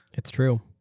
it's true.